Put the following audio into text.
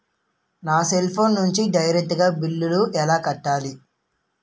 నా cell phone నుంచి direct గా బిల్లు ఎలా కట్టాలి?